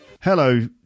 Hello